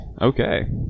Okay